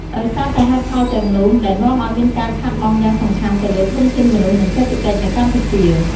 ដោយសារតែហេតុផលទាំងនោះ ដែលនាំឱ្យមានការខាតបង់យ៉ាងសំខាន់ទៅលើធនធានមនុស្ស និងសេដ្ឋកិច្ចនៅកម្ពុជា។